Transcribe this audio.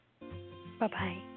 Bye-bye